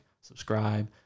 Subscribe